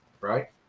Right